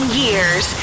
years